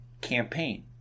campaign